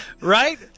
Right